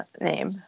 name